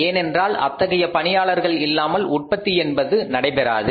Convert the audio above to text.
ஏனென்றால் அத்தகைய பணியாளர்கள் இல்லாமல் உற்பத்தி என்பது நடைபெறாது